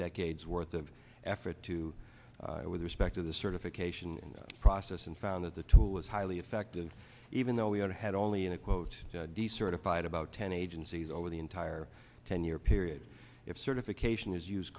decade's worth of effort to with respect to the certification process and found that the tool was highly effective even though we had had only in a quote decertified about ten agencies over the entire ten year period if certification is used